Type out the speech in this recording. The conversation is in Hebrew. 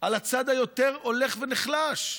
על הצד שהולך ונחלש.